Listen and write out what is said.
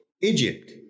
Egypt